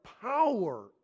power